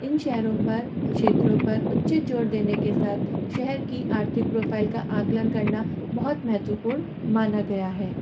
इन शहरों पर क्षेत्रों पर उच्च जोर देने के साथ शहर की आर्थिक प्रोफाइल का आकलन करना बहुत महत्वपूर्ण माना गया है